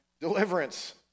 deliverance